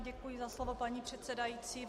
Děkuji za slovo, paní předsedající.